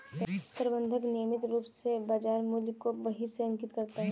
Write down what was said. प्रबंधक नियमित रूप से बाज़ार मूल्य को बही में अंकित करता है